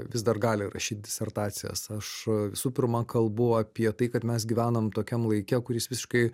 vis dar gali rašyt disertacijas aš visų pirma kalbu apie tai kad mes gyvenam tokiam laike kuris visiškai